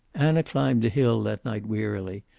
anna climbed the hill that night wearily,